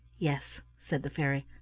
yes, said the fairy,